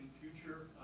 future